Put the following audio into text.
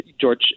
George